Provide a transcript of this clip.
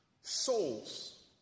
souls